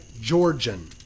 Georgian